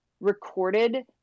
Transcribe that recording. recorded